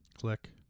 Click